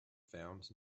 found